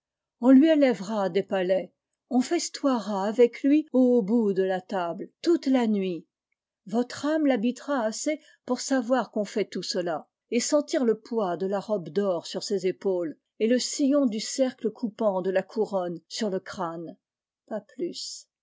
on lui élèvera des palais on festoiera avec lui au haut bout de la table toute la nuit votre âme l'habitera assez pour savoir qu'on fait tout cela et sentir le poids de la robe d'or sur ses épaules et le sillon du cercle coupant de la couronne sur le crâne pas plus